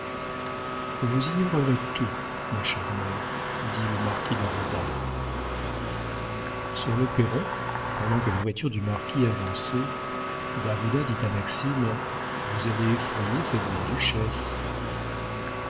vous ignorerez tout ma chère mère dit le marquis d'ajuda sur le perron pendant que la voiture du marquis avançait d'ajuda dit à maxime vous avez effrayé cette bonne duchesse